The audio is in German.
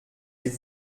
die